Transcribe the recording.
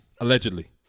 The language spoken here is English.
Allegedly